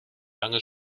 lange